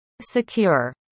Secure